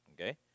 Okay